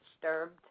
disturbed